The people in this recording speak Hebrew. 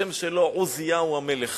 השם שלו עוזיהו המלך,